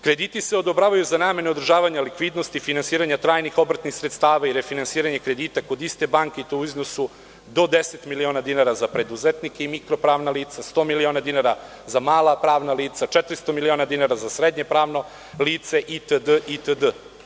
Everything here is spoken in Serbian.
Krediti se odobravaju za namene održavanja likvidnosti finansiranja trajnih obrtnih sredstava i refinansiranje kredita kod iste banke, i to u iznosu do 10 miliona dinara za preduzetnike i mikro pravna lica, 100 miliona dinara za mala pravna lica, 400 miliona dinara za srednje pravno lice, itd.